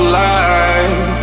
life